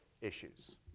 issues